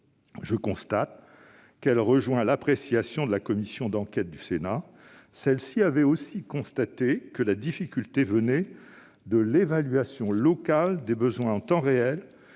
je constate qu'elle rejoint l'appréciation de la commission d'enquête du Sénat. Celle-ci avait aussi constaté que la difficulté venait de l'évaluation locale des besoins en temps réel